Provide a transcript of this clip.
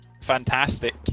fantastic